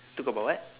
talk about what